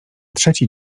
trzeci